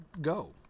go